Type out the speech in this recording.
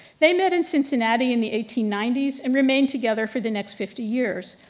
they met in cincinnati in the eighteen ninety s and remained together for the next fifty years.